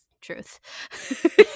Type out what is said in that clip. truth